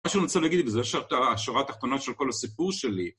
מה שאני רוצה להגיד לזה זה השורה התחתונה של כל הסיפור שלי.